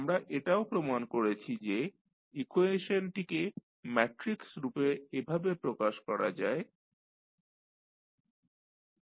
আমরা এটাও প্রমাণ করেছি যে ইকুয়েশনটিকে ম্যাট্রিক্স রূপে এভাবে প্রকাশ করা যায় xtAxtBu